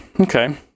okay